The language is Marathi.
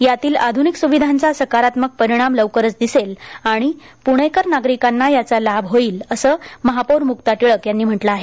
यातील आधुनिक सुविधांचा सकारात्मक परिणाम लवकरच दिसेल आणि पुणेकर नागरिकांना याचा लाभ होईल असं महापौर मुक्ता टिळक यांनी म्हटलं आहे